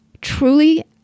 truly